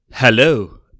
Hello